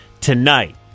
tonight